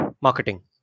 marketing